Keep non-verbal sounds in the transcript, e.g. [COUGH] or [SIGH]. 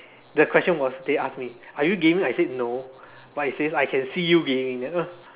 the question was they ask me are you gaming I said no but it says I can see you gaming [NOISE]